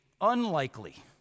unlikely